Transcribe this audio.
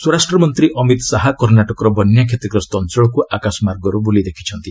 ସ୍ୱରାଷ୍ଟ୍ରମନ୍ତ୍ରୀ ଅମିତ ଶାହା କର୍ଷାଟକର ବନ୍ୟା କ୍ଷତିଗ୍ରସ୍ତ ଅଞ୍ଚଳକୁ ଆକାଶମାର୍ଗରୁ ବୁଲି ଦେଖିଛନ୍ତି